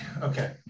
okay